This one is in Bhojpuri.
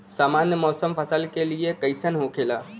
सामान्य मौसम फसल के लिए कईसन होखेला?